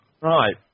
Right